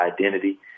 identity